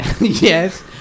Yes